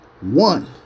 One